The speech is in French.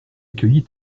accueillit